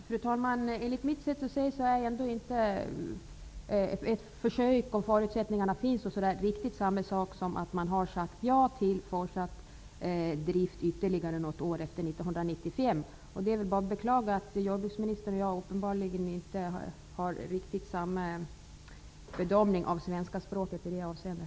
Fru talman! Enligt mitt sätt att se är ett besked om att man skall försöka, om förutsättningarna finns, inte riktigt samma sak som att man har sagt ja till fortsatt drift ytterligare något år efter 1995. Det är väl bara att beklaga att jordbruksministern och jag uppenbarligen inte har riktigt samma bedömning av svenska språket i det avseendet.